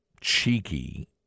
cheeky